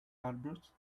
albert